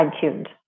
Tuned